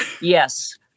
Yes